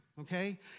okay